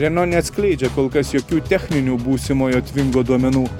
reno neatskleidžia kol kas jokių techninių būsimojo tvingo duomenų